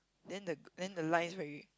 then the then the lines very